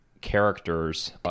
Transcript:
characters